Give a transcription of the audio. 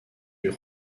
eût